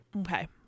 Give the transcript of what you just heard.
Okay